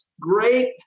great